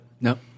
No